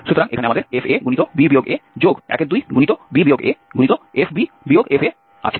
সুতরাং এখানে আমাদের fab a12b afb fa আছে